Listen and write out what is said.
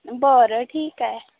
बरं ठीक आहे